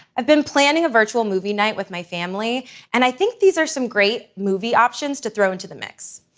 i've been planning a virtual movie night with my family and i think these are some great movie options to throw into the mix.